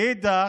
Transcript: מאידך,